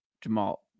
Jamal